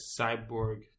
cyborg